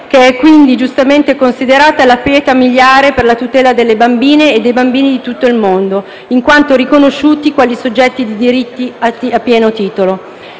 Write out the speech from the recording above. che è giustamente considerata la pietra miliare per la tutela delle bambine e dei bambini di tutto il mondo, in quanto riconosciuti quali soggetti di diritti a pieno titolo.